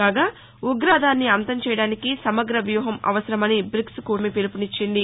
కాగా ఉగ్రవాదాన్ని అంతం చేయడానికి సమగ్ర వ్యూహం అవసరమని బ్రీక్స్ కూటమి పిలుపునిచ్చింది